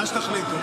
מה שתחליטו.